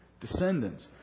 Descendants